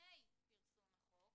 לפני פרסום החוק